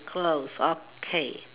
closed okay